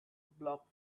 block